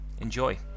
Enjoy